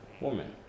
woman